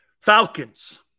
Falcons